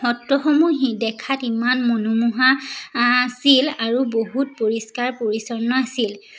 সত্ৰসমূহ দেখাত ইমান মনোমোহা আছিল আৰু বহুত পৰিষ্কাৰ পৰিচ্ছন্ন আছিল